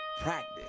practice